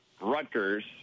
rutgers